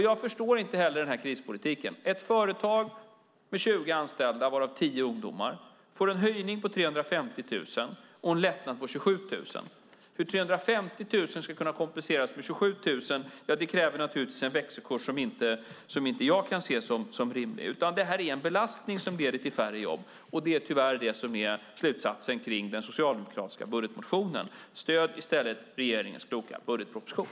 Jag förstår inte heller den här krispolitiken: Ett företag med 20 anställda, varav 10 ungdomar, får en höjning på 350 000 kronor och en lättnad på 27 000 kronor. Om 350 000 ska kunna kompenseras med 27 000 krävs det naturligtvis en växelkurs som inte jag kan se som rimlig. Det handlar om en belastning som leder till färre jobb, och det är tyvärr slutsatsen kring den socialdemokratiska budgetmotionen. Stöd i stället regeringens kloka budgetproposition!